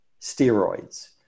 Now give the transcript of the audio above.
steroids